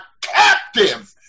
captive